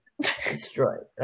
Destroyed